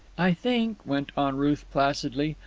i think, went on ruth placidly,